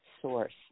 source